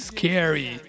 Scary